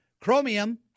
Chromium